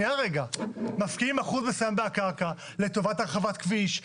מפקיעים אחוז מסוים מהקרקע לטובת הרחבת כביש,